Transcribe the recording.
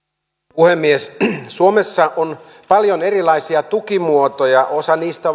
puhemies suomessa on paljon erilaisia tukimuotoja osa niistä